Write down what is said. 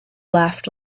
laughed